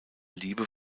liebe